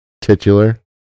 Titular